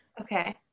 Okay